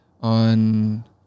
on